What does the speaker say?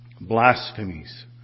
Blasphemies